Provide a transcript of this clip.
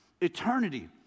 eternity